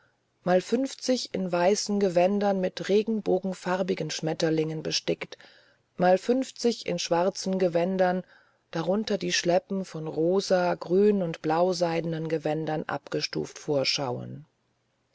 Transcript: mal fünfzig in weißen gewändern mit regenbogenfarbigen schmetterlingen bestickt mal fünfzig in schwarzen gewändern darunter die schleppen von rosa grün und blauseidenen gewändern abgestuft vorschauen